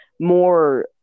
more